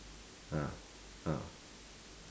ah ah